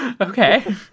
Okay